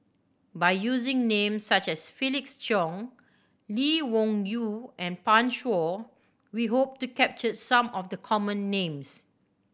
by using names such as Felix Cheong Lee Wung Yew and Pan Shou we hope to capture some of the common names